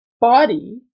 body